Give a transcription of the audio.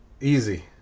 Easy